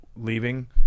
leaving